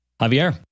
Javier